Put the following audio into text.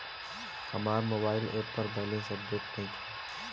हमार mobile app पर balance update नइखे